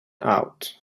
out